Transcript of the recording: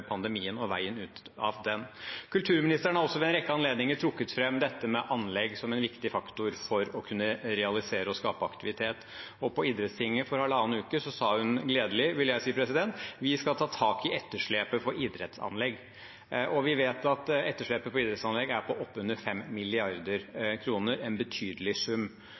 pandemien og veien ut av den. Kulturministeren har også ved en rekke anledninger trukket fram dette med anlegg som en viktig faktor for å kunne realisere og skape aktivitet, og på idrettstinget for halvannen uke siden sa hun – gledelig, vil jeg si – at «vi skal ta tak i etterslepet for idrettsanlegg». Vi vet at etterslepet på idrettsanlegg er på oppunder 5 mrd. kr, en betydelig sum,